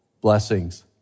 blessings